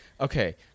Okay